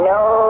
no